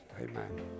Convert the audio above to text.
Amen